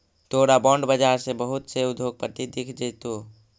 तोरा बॉन्ड बाजार में बहुत से उद्योगपति दिख जतो